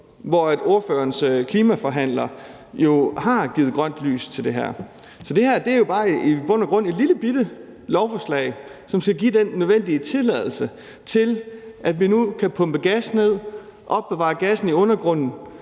partis klimaforhandler har jo givet grønt lys for det her. Så det her er bare i bund og grund et lillebitte lovforslag, som skal give den nødvendige tilladelse til, at vi nu kan pumpe gas ned og opbevare gassen i undergrunden,